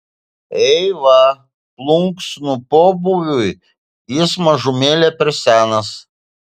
eiva plunksnų pobūviui jis mažumėlę per senas